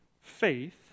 faith